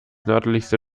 nördlichste